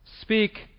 Speak